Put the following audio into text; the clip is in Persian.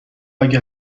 اگه